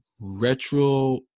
retro